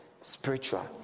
Spiritual